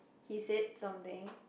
he said something